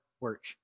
work